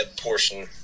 portion